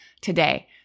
today